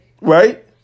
right